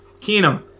Keenum